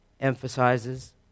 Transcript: emphasizes